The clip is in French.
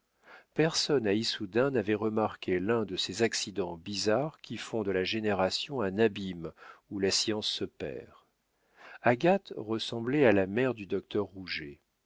personne à issoudun n'avait remarqué l'un de ces accidents bizarres qui font de la génération un abîme où la science se perd agathe ressemblait à la mère du docteur